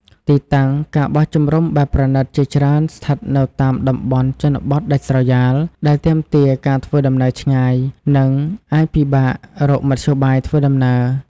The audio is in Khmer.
ទីតាំង ការបោះជំរំបែបប្រណីត ជាច្រើនស្ថិតនៅតាមតំបន់ជនបទដាច់ស្រយាល ដែលទាមទារការធ្វើដំណើរឆ្ងាយ និងអាចពិបាករកមធ្យោបាយធ្វើដំណើរ។